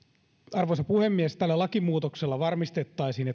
arvoisa puhemies tällä lakimuutoksella varmistettaisiin